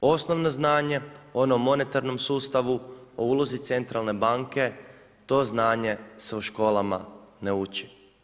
Osnovno znanje ono o monetarnom sustavu, o ulozi centralne banke to znanje se u školama ne uči.